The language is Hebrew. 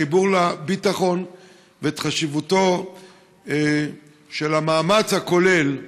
החיבור לביטחון ואת חשיבותו של המאמץ הכולל,